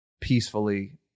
peacefully